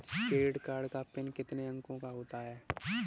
Credit card का PIN कितने अंकों का होता है?